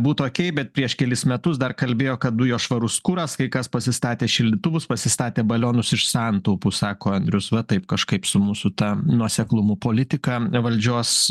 būtų okėj bet prieš kelis metus dar kalbėjo kad dujos švarus kuras kai kas pasistatė šildytuvus pasistatė balionus iš santaupų sako andrius va taip kažkaip su mūsų ta nuoseklumu politika valdžios